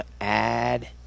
add